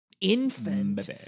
infant